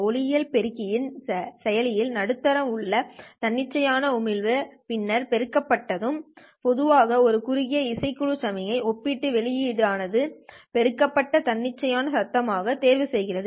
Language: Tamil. ஒளியியல் பெருக்கி யின் செயலில் நடுத்தர உள்ள தன்னிச்சையான உமிழ்வு பின்னர் பெருக்கப்பட்டது செய்யப்பட்டு பொதுவாக ஒரு குறுகிய இசைக்குழு சமிக்ஞை ஒப்பிட்டு வெளியீடு ஆனது பெருக்கப்பட்ட தன்னிச்சையான சத்தம் ஆக தேர்வுசெய்கிறது